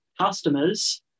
customers